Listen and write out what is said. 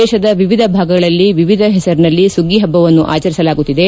ದೇಶದ ವಿವಿಧ ಭಾಗಗಳಲ್ಲಿ ವಿವಿಧ ಹೆಸರಿನಲ್ಲಿ ಸುಗ್ಗಿ ಹಬ್ಬವನ್ನು ಆಚರಿಸಲಾಗುತ್ತಿದೆ